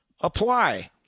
apply